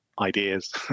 ideas